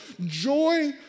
Joy